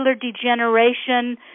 degeneration